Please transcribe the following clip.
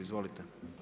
Izvolite.